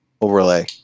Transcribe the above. overlay